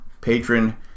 patron